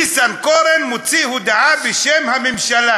ניסנקורן מוציא הודעה בשם הממשלה.